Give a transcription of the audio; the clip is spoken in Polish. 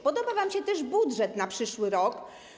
Podoba wam się też budżet na przyszły rok.